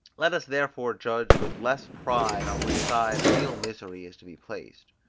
let us therefore judge with less pride on which side real misery is to be placed.